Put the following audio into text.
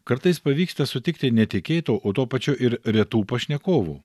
kartais pavyksta sutikti netikėtų o tuo pačiu ir retų pašnekovų